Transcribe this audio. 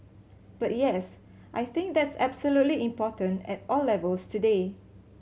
but yes I think that's absolutely important at all levels today